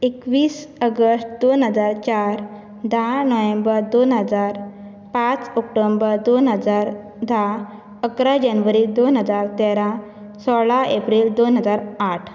एकवीस आगस्ट दोन हजार चार धा नोव्हेंबर दोन हजार पांच ऑक्टोबर दोनहजार धा अकरा जानेवारी दोन हजार तेरा सोळा एप्रिल दोन हजार आठ